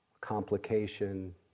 complication